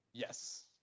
Yes